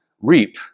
reap